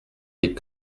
les